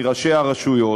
מראשי הרשויות.